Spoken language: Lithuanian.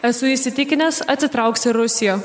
esu įsitikinęs atsitrauks ir rusija